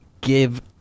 give